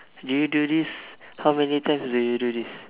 do you do this how many times do you do this